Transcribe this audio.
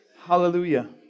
hallelujah